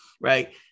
right